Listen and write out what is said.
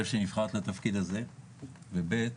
אחד שנבחרת לתפקיד הזה ודבר שני,